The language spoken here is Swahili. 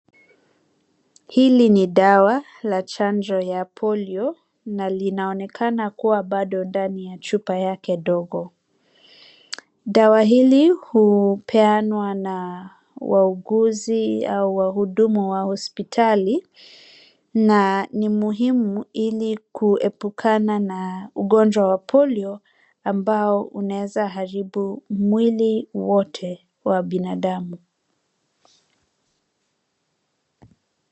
Hili ni dawa la chanjo ya polio na linaonekana kuwa bado ndani ya chupa yake dogo. Dawa hili hupeanwa na wauguzi au wahudumu wa hospitali, na ni muhimu ili kuepukana na ugonjwa wa polio ambao unaweza haribu mwili wote wa binadamu.